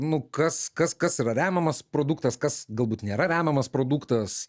nu kas kas kas yra remiamas produktas kas galbūt nėra remiamas produktas